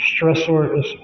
stressors